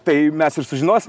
tai mes ir sužinosim